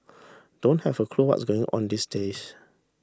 don't have a clue what's going on these days